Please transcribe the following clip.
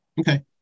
Okay